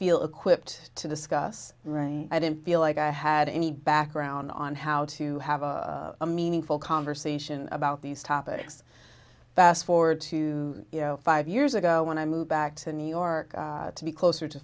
feel equipped to discuss i didn't feel like i had any background on how to have a meaningful conversation about these topics fast forward to five years ago when i moved back to new york to be closer to